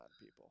people